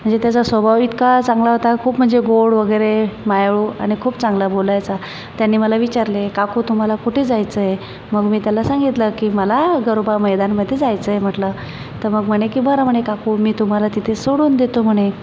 म्हणजे त्याचा स्वभाव इतका चांगला होता खूप म्हणजे गोड वगैरे मायाळू आणि खूप चांगला बोलायचा त्याने मला विचारले काकू तुम्हाला कुठे जायचं आहे मग मी त्याला सांगितलं की मला गरोबा मैदानमध्ये जायचं आहे म्हटलं तर मग म्हणे की बरं म्हणे काकू मी तुम्हाला तिथे सोडून देतो म्हणे